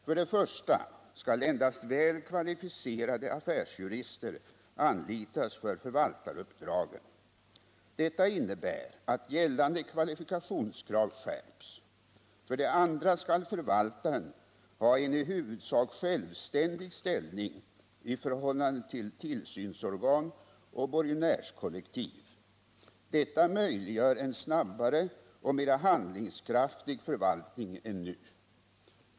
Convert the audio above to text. För det första skall endast väl kvalificerade affärsjurister anlitas för förvaltaruppdragen. Detta innebär att gällande kvalifikationskrav skärps. För det andra skall förvaltaren ha en i huvudsak självständig ställning i förhållande till tillsynsorgan och borgenärskollektiv. Detta möjliggör en snabbare och mera handlingskraftig förvaltning än nu.